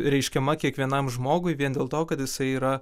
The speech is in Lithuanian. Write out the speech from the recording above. reiškiama kiekvienam žmogui vien dėl to kad jisai yra